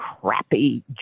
crappy